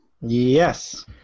Yes